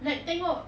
like tengok